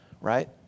right